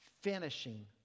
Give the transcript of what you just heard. Finishing